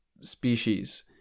species